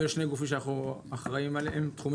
לנו יש שני תחומים שאנחנו אחראים עליהם.